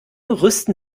rüsten